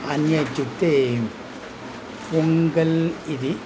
अन्य इत्युक्ते पोङ्गल् इति